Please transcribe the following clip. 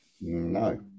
no